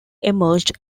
emerged